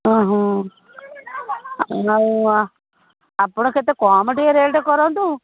ହଁ ହଁ ଆଉ ଆ ଆପଣ କେତେ କମ୍ ଟିକିଏ ରେଟ୍ କରନ୍ତୁ